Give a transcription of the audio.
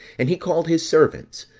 and he called his servants,